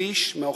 שליש מהאוכלוסייה.